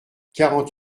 quarante